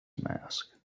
mask